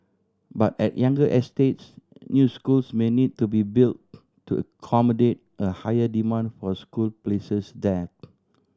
but at younger estates new schools may need to be built to accommodate a higher demand for school places there